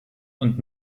und